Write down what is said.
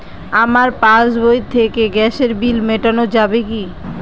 আমার পাসবই থেকে গ্যাসের বিল মেটানো যাবে কি?